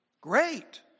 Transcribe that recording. Great